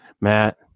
Matt